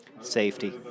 safety